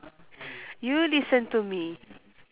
you listen to me